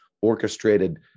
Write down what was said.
orchestrated